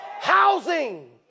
housing